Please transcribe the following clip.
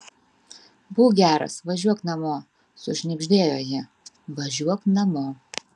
būk geras važiuok namo sušnibždėjo ji važiuok namo